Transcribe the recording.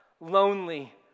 lonely